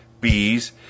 bees